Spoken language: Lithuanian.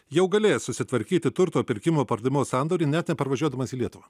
jau galės susitvarkyti turto pirkimo pardavimo sandorį net neparvažiuodamas į lietuvą